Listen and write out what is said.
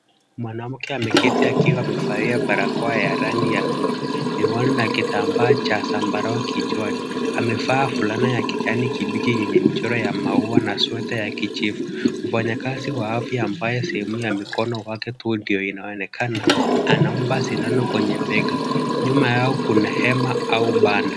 Mwanamke ameketi akiwa amevalia barakoa ya rangi ya bluu, miwani na kitambaa cha zambarau kichwani, amevaa fulana ya kijani kibichi lenye michoro ya maua na sweta ya kijivu. Mfanyakazi wa afya ambaye sehemu ya mikono yake tu ndio inaonekana, anampa sindano kwenye bega, nyuma yao kuna hema au banda.